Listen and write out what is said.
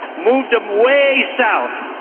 moved them way south.